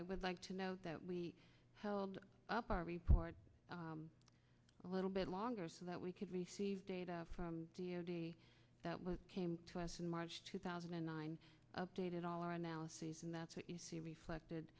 i would like to know that we held up our report a little bit longer so that we could receive data from deity that was came to us in march two thousand and nine updated all our analyses and that's what you see reflected